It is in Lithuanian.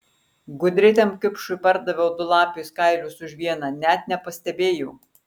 gudriai tam kipšui pardaviau du lapės kailius už vieną net nepastebėjo